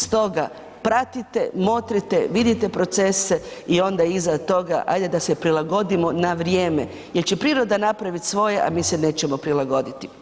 Stoga, pratite, motrite, vidite procese i onda iza toga ajde da se prilagodimo na vrijeme, jer će priroda napraviti svoje, a mi se nećemo prilagoditi.